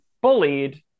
bullied